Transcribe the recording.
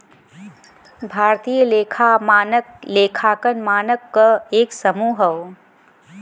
भारतीय लेखा मानक लेखांकन मानक क एक समूह हौ